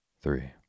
Three